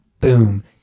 boom